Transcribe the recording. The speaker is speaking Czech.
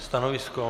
Stanovisko?